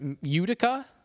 Utica